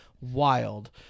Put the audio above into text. Wild